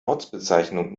ortsbezeichnung